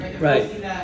Right